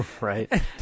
Right